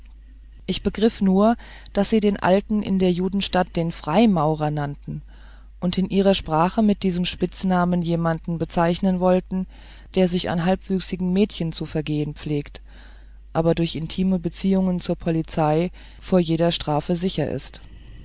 ich begriff nur daß sie den alten in der judenstadt den freimaurer nannten und in ihrer sprache mit diesem spitznamen jemand bezeichnen wollten der sich an halbwüchsigen mädchen zu vergehen pflegt aber durch intime beziehungen zur polizei vor jeder strafe sicher ist